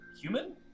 human